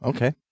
Okay